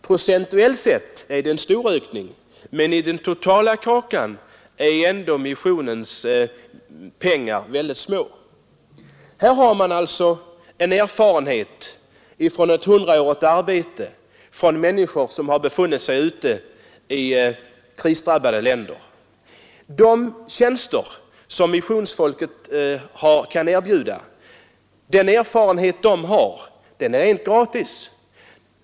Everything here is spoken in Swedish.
Procentuellt sett är det en stor ökning, men i den totala kakan går mycket små belopp till missionen. Här har man till förfogande erfarenhet från ett hundraårigt arbete av människor, som befunnit sig ute i krisdrabbade länder. De tjänster som missionsfolket kan erbjuda, den erfarenhet de har är helt gratis.